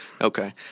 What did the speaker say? Okay